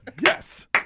Yes